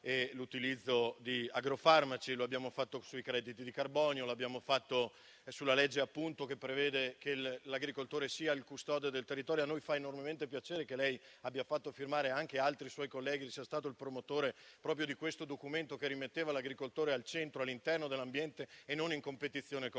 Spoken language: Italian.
e l'utilizzo di agrofarmaci; lo abbiamo fatto sui crediti di carbonio e sulla legge che prevede che l'agricoltore sia il custode del territorio. A noi fa enormemente piacere che lei abbia fatto firmare anche altri suoi colleghi e sia stato promotore di un documento che rimetteva l'agricoltore al centro dell'ambiente e non in competizione con